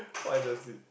why does it